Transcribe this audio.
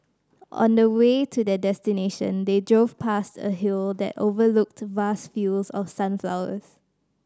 on the way to their destination they drove past a hill that overlooked vast fields of sunflowers